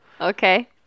Okay